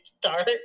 dark